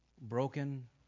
broken